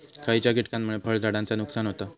खयच्या किटकांमुळे फळझाडांचा नुकसान होता?